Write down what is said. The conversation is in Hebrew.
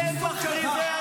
את סיני?